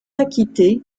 acquitté